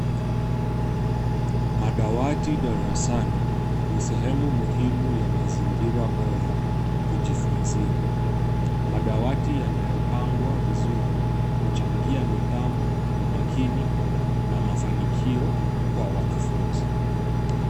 Madawati darasani. Ni sehemu muhimu na mazingira bora ya kujifunzia. Madawati yanayopangwa vizuri huchangia nidhamu, umakini na mafanikio kwa wanafunzi.